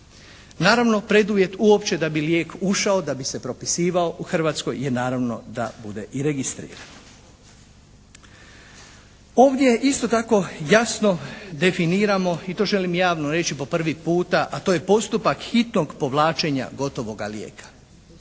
Naravno preduvjet uopće da bi lijek ušao, da bi se propisivao u Hrvatskoj je naravno da bude i registriran. Ovdje isto tako jasno definiramo i to želim javno reći po prvi puta a to je postupak hitnog povlačenja gotovoga lijeka.